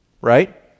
Right